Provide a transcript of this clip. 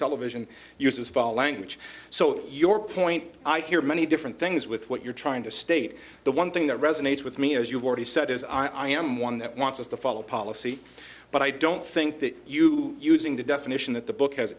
television uses fall language so your point i hear many different things with what you're trying to state the one thing that resonates with me as you've already said is i am one that wants us to follow policy but i don't think that you using the definition that the book has